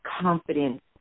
confidence